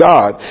God